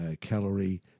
calorie